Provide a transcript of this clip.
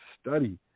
study